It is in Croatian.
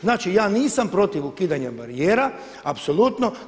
Znači ja nisam protiv ukidanja barijera, apsolutno.